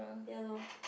ya lor